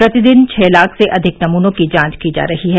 प्रतिदिन छह लाख से अधिक नमूनों की जांच की जा रही है